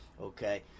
Okay